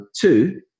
Two